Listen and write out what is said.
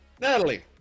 Natalie